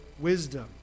Wisdom